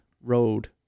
road